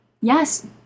Yes